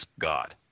God